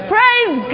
Praise